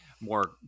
more